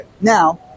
Now